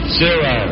zero